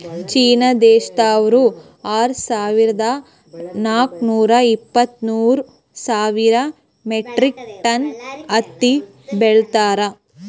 China ದೇಶ್ದವ್ರು ಆರ್ ಸಾವಿರದಾ ನಾಕ್ ನೂರಾ ಇಪ್ಪತ್ತ್ಮೂರ್ ಸಾವಿರ್ ಮೆಟ್ರಿಕ್ ಟನ್ ಹತ್ತಿ ಬೆಳೀತಾರ್